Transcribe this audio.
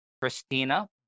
Christina